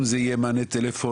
אם זה יהיה מענה טלפוני,